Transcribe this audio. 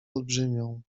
olbrzymią